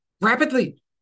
rapidly